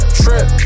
trip